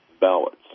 ballots